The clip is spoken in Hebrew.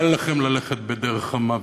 אל לכם ללכת בדרך המוות.